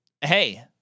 hey